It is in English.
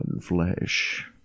flesh